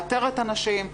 לאתר את הנשים.